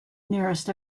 nearest